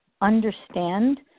understand